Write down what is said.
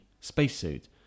spacesuit